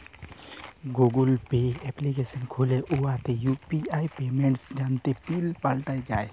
Google Pay application খ্যুলে উয়াতে UPI পেমেল্টের জ্যনহে পিল পাল্টাল যায়